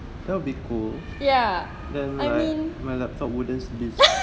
ya I mean